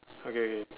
okay okay